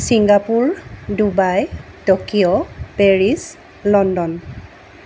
Singapore Dubai Tokyo Paris London